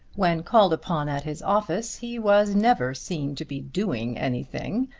when called upon at his office he was never seen to be doing anything,